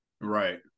Right